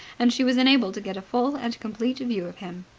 and she was enabled to get a full and complete view of him.